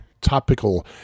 topical